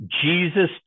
Jesus